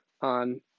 on